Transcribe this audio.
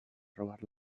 robar